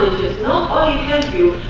not only help you